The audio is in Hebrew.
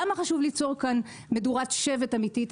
למה חשוב ליצור כאן מדורת שבט אמיתית.